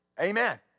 Amen